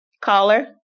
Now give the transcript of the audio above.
Caller